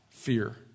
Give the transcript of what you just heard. Fear